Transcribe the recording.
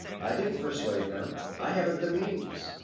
i didn't persuade them i haven't the means.